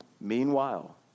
Meanwhile